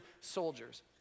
soldiers